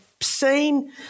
seen